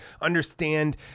understand